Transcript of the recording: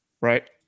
right